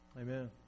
Amen